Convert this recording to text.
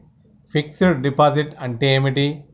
Fix డ్ deposit అంటే ఏమిటి?